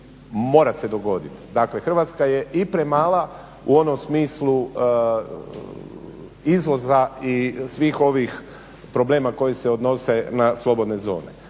mora se dogoditi. Dakle, Hrvatska je i premala u onom smislu izvoza i svih ovih problema koji se odnose na slobodne zone.